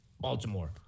Baltimore